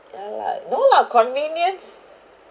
ya lah no lah convenience